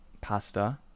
pasta